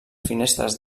finestres